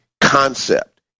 concept